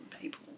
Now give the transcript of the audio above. people